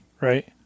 right